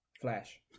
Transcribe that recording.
Flash